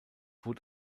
wood